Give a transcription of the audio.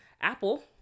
Apple